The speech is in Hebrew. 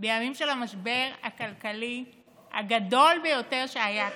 בימים של המשבר הכלכלי הגדול ביותר שהיה כאן.